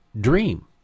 dream